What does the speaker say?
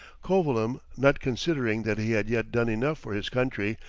covilham, not considering that he had yet done enough for his country,